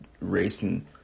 racing